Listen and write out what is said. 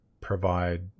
provide